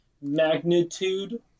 magnitude